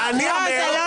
הוחלשו.